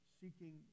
seeking